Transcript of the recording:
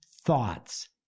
thoughts